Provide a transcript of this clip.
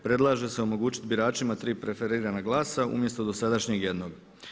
Predlaže se omogućiti biračima 3 preferirana glasa umjesto dosadašnjeg jednog.